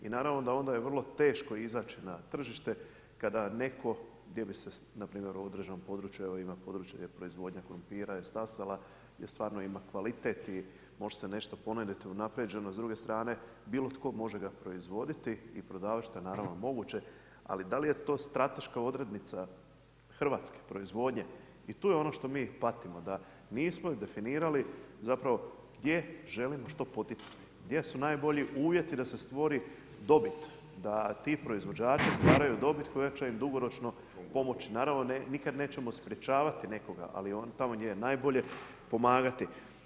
I naravno da onda je vrlo izaći na tržište kada netko gdje bi se npr. u određenom području ima područje gdje je proizvodnja krumpira je stasala, gdje stvarno ima kvalitet i može se nešto ponuditi, unapređeno, s druge strane bilo tko može ga proizvoditi i prodavati što je naravno moguće, ali da li je to strateška odrednica hrvatske proizvodnje i tu je ono što mi patimo, da nismo definirali gdje želimo što poticati, gdje su najbolji uvjeti da se stvori dobit, da ti proizvođači stvaraju dobit koja će im dugo pomoći, naravno nikad nećemo sprječavati nekoga ali tamo gdje je najbolje, pomagati.